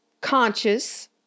conscious